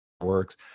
works